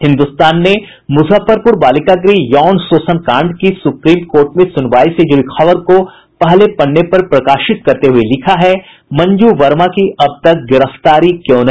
हिन्दुस्तान ने मुजफ्फरपूर बालिका गृह यौन शोषण कांड की सुप्रीम कोर्ट में सुनवाई से जुड़ी खबर को पहले पन्ने पर प्रकाशित करते हुये लिखा है मंजू वर्मा की अब तक गिरफ्तारी क्यों नहीं